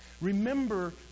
Remember